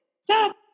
Stop